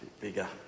bigger